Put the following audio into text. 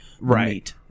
right